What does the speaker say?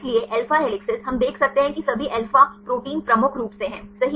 इसलिए alpha helices हम देख सकते हैं कि सभी अल्फा प्रोटीन प्रमुख रूप से हैं सही